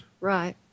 Right